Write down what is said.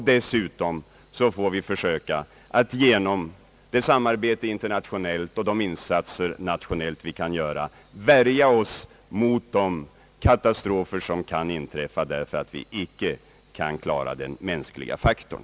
Dessutom får vi försöka att genom det internationella samarbetet och de insatser som vi kan göra nationellt värja oss mot de katastrofer som kan inträffa därför att vi inte kan eliminera den mänskliga faktorn.